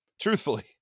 Truthfully